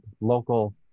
local